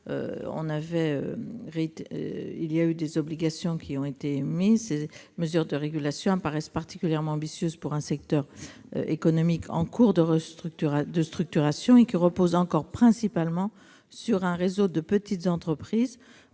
largement. Des obligations ont été instaurées l'an passé. Ces mesures de régulation apparaissent particulièrement ambitieuses pour un secteur économique en cours de structuration, qui repose encore principalement sur un réseau de petites entreprises